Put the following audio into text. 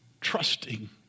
trusting